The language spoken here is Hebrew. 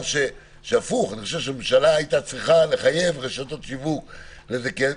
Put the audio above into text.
אני חושב שהממשלה הייתה צריכה לחייב רשתות שיווק לכך.